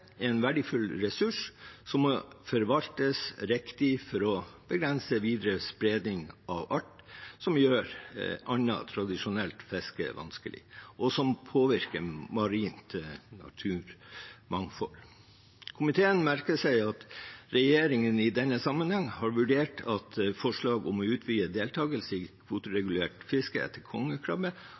en verdifull ressurs som må forvaltes riktig for å begrense videre spredning av arten, noe som gjør annet tradisjonelt fiske vanskelig, og som påvirker det marine naturmangfoldet. Komiteen merker seg at regjeringen i denne sammenheng har vurdert forslaget om å utvide deltakelse i kvoteregulert fiske etter kongekrabbe,